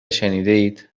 شنیدهاید